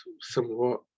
somewhat